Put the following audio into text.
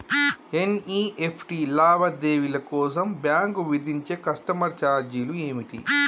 NEFT లావాదేవీల కోసం bank విధించే కస్టమర్ ఛార్జీలు ఏమిటి?